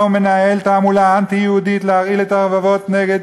ומנהל תעמולה אנטי-יהודית להרעיל את הלבבות נגד